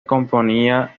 componía